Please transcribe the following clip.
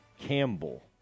Campbell